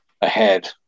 ahead